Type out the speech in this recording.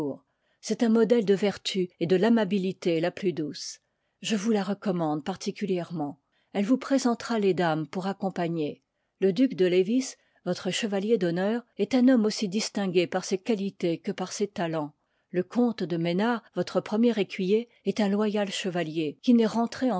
c'est un modèle de vertu et de famabilité la plus douce je vous la recommande particulièrement elle vous présentera les dames pour accompagner le duc de lcvis votre chevalier d'honneur est un homme aussi distingué par ses qualités que par ses talens le comte de mesnard votre premier écuyer est un loyal chevalier qui n'est rentre